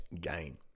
gain